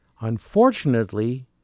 unfortunately